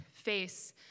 face